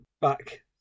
back